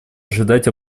ожидать